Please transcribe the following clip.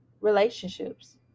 relationships